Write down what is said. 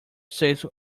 states